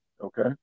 Okay